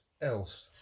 else